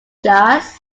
jazz